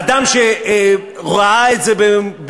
אדם שראה את זה במו-עיניו,